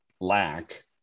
lack